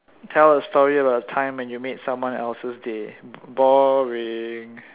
tell a story about a time when you made someone's else day boring